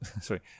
Sorry